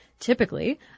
Typically